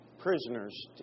prisoners